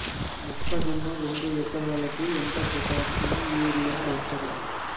మొక్కజొన్న రెండు ఎకరాలకు ఎంత పొటాషియం యూరియా అవసరం?